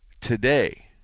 Today